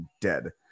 dead